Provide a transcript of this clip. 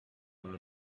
will